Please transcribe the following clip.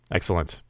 Excellent